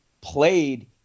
played